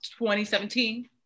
2017